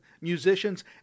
musicians